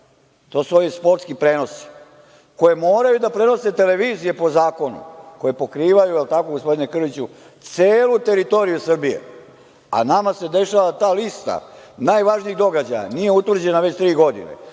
to su ovi sportski prenosi, koje moraju da prenose televizije, po zakonu, koje pokrivaju, je li tako, gospodine Krliću, celu teritoriju Srbije. A nama se dešava ta lista najvažnijih događaja, nije utvrđena već tri godine,